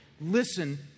listen